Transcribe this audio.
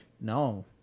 No